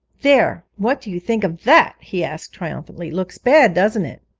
there, what do you think of that he asked triumphantly looks bad, doesn't it